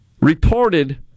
reported